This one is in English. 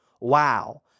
wow